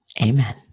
amen